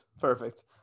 Perfect